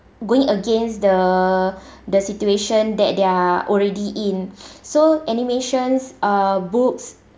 going against the the situation that they're already so animations uh books